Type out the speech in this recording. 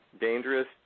dangerous